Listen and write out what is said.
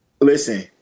Listen